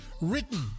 written